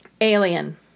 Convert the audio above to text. Alien